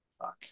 fuck